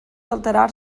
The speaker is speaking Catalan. alterar